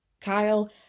Kyle